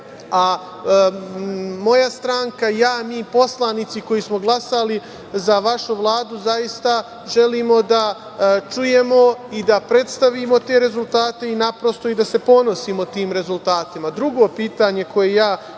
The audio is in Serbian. a moja stranka i ja, mi poslanici koji smo glasali za vašu Vladu zaista želimo da čujemo i da predstavimo te rezultate i naprosto da se ponosimo tim rezultatima. Drugo pitanje koje ja